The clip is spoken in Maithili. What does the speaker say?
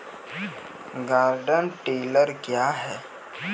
गार्डन टिलर क्या हैं?